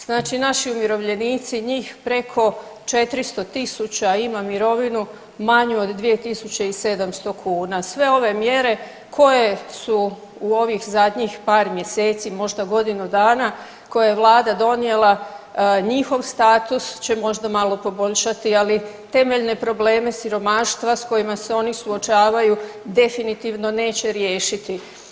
Znači naši umirovljenici, njih preko 400 tisuća ima mirovinu manju od 2.700 kuna, sve ove mjere koje su u ovih zadnjih par mjeseci, možda godinu dana koje je vlada donijela, njihov status će možda malo poboljšati, ali temeljne probleme siromaštva s kojima se oni suočavaju definitivno neće riješiti.